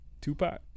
Tupac